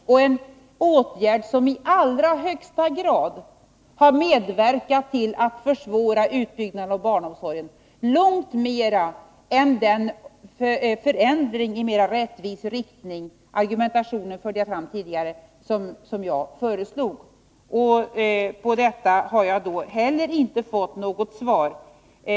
Det var en åtgärd som i allra högsta grad har medverkat till att försvåra utbyggnaden av barnomsorgen, långt mera än den förändring i mera rättvis riktning — argumentationen förde jag fram tidigare — som jag föreslog. På detta har jag heller inte fått något svar.